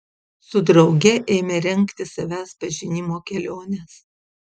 su drauge ėmė rengti savęs pažinimo keliones